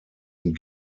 und